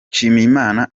nshimiyimana